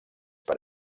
per